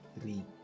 three